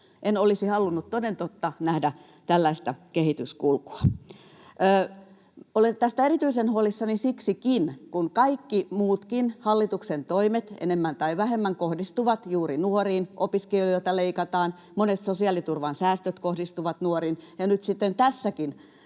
En olisi halunnut, toden totta, nähdä tällaista kehityskulkua. Olen tästä erityisen huolissani siksikin, kun kaikki muutkin hallituksen toimet, enemmän tai vähemmän, kohdistuvat juuri nuoriin — opiskelijoilta leikataan, monet sosiaaliturvan säästöt kohdistuvat nuorin — ja nyt sitten tässäkin